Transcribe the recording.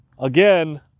again